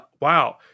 Wow